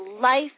life